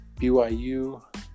BYU